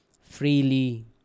freely